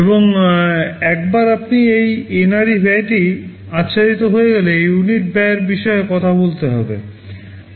এবং একবার আপনি এই NRE ব্যয়টি আচ্ছাদিত হয়ে গেলে ইউনিট ব্যয়ের বিষয়ে কথা বলতে হবে